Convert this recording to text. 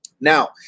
Now